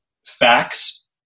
facts